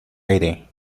aire